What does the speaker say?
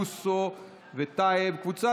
אוריאל בוסו ויוסף טייב,